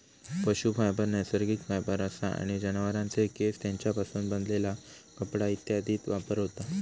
पशू फायबर नैसर्गिक फायबर असा आणि जनावरांचे केस, तेंच्यापासून बनलेला कपडा इत्यादीत वापर होता